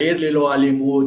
עיר ללא אלימות,